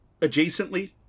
adjacently